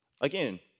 Again